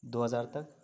دو ہزار تک